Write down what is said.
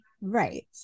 Right